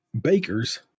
bakers